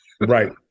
right